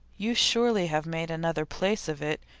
you surely have made another place of it.